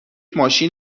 ماشین